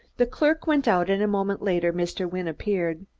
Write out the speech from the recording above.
the clerk went out and a moment later mr. wynne appeared.